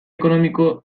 ekonomiko